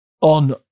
on